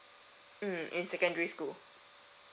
mm in secondary school